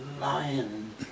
lion